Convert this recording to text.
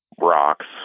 rocks